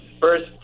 first